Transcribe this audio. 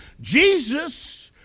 Jesus